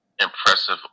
impressive